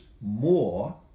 more